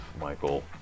Michael